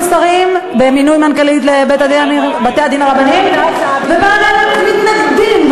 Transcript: מנכ"לית לבתי-הדין הרבניים ופעם הם מתנגדים.